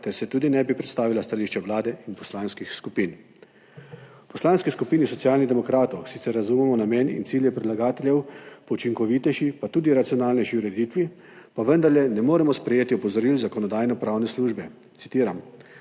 ter tudi ne bi predstavila stališča Vlade in poslanskih skupin. V Poslanski skupini Socialnih demokratov sicer razumemo namen in cilje predlagateljev po učinkovitejši, pa tudi racionalnejši ureditvi, pa vendarle ne moremo sprejeti opozoril Zakonodajno-pravne službe. Citiram: